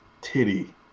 Titty